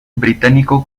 británico